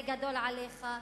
זה גדול עליך.